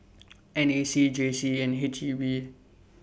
N A C J C and H E B